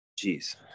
Jeez